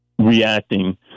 reacting